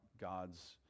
God's